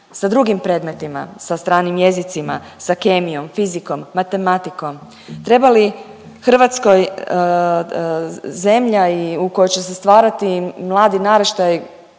sa drugim predmetima, sa stranim jezicima, sa kemijom, fizikom, matematikom? Treba li Hrvatskoj zemlja u kojoj će se stvarati mladi naraštaji